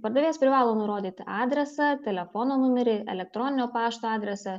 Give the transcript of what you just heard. pardavėjas privalo nurodyti adresą telefono numerį elektroninio pašto adresą